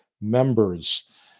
members